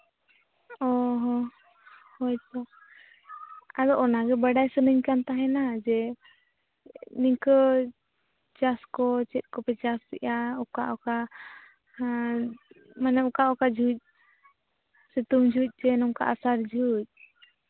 ᱚ ᱦᱚᱸ ᱦᱳᱭ ᱛᱚ ᱟᱫᱚ ᱚᱱᱟᱜᱮ ᱵᱟᱰᱟᱭ ᱥᱟᱱᱟᱧ ᱠᱟᱱ ᱛᱟᱦᱮᱱᱟ ᱡᱮ ᱱᱤᱝᱠᱟᱹ ᱪᱟᱥ ᱠᱚ ᱪᱮᱫ ᱠᱚᱯᱮ ᱪᱟᱥ ᱮᱫᱼᱟ ᱚᱠᱟ ᱚᱠᱟ ᱢᱟᱱᱮ ᱚᱠᱟ ᱚᱠᱟ ᱡᱚᱠᱷᱚᱱ ᱥᱤᱛᱩᱝ ᱡᱚᱠᱷᱚᱱ ᱥᱮ ᱱᱚᱝᱠᱟ ᱟᱥᱟᱲ ᱡᱚᱠᱷᱚᱱ